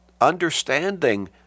understanding